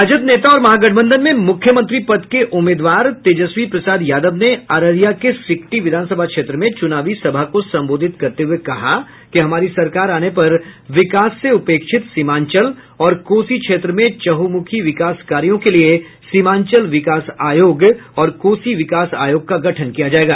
राजद नेता और महागठबंधन में मुख्यमंत्री पद के उम्मीदवार तेजस्वी प्रसाद यादव ने अररिया के सिकटी विधानसभा क्षेत्र में चूनावी सभा को संबोधित करते हुए कहा कि हमारी सरकार आने पर विकास से उपेक्षित सीमांचल और कोसी क्षेत्र में चहुमुंखी विकास कार्यों के लिये सीमांचल विकास आयोग और कोसी विकास आयोग का गठन किया जायेगा